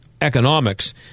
economics